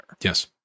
Yes